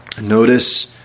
Notice